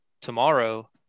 tomorrow